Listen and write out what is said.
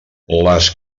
les